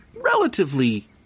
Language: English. relatively